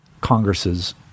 Congress's